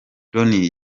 loni